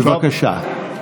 בבקשה.